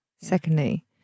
Secondly